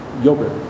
yogurt